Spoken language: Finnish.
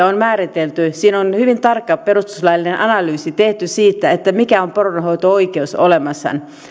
on määritelty tehty hyvin tarkka perustuslaillinen analyysi siitä mikä on poronhoito oikeus